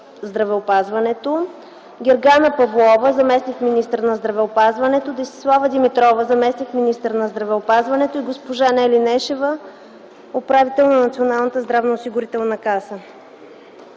здравеопазването, Гергана Павлова – заместник-министър на здравеопазването, Десислава Димитрова – заместник-министър на здравеопазването и госпожа Нели Нешева – управител на Националната здравноосигурителна каса.